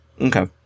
Okay